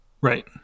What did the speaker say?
Right